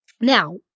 Now